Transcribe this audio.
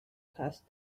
past